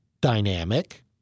dynamic